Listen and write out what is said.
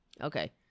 Okay